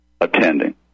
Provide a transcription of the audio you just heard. attending